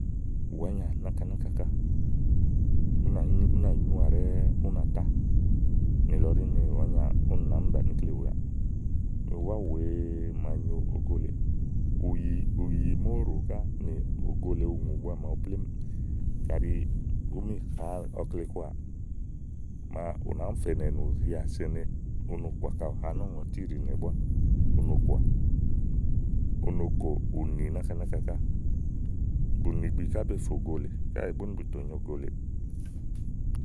unàányà náka náka ká ú nà nyúà ɖɛ́ɛ ú nà tá nìlɔ ɖí ni ni wàá nyà úni nàád mi bani ikle wèeàà ùwá wèe màa nyo ògo lèe, ùyì màa ówo ɖò ká ògo lèe, ùŋù màawu búá plémú, kaɖi ùú mi hàa ɔkle kɔàà ù nàá mi fènì ènù hià sene, u no kòà kayi ù ha nɔ́ɔ̀ŋɔti ɖiìnè búá, u no kòà. u no kò ùni náka náka ká bùnì gbi ká be fè ògo lèe káèè búnì bù tè nyo ogo lèeè.